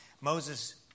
Moses